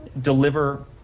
deliver